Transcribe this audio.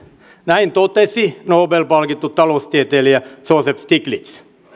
näin totesi nobel palkittu taloustieteilijä joseph stiglitz